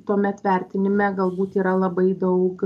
tuomet vertinime galbūt yra labai daug